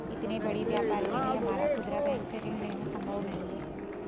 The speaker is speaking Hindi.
इतने बड़े व्यापार के लिए हमारा खुदरा बैंक से ऋण लेना सम्भव नहीं है